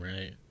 right